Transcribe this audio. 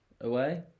away